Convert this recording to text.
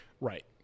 right